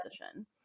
position